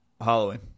Halloween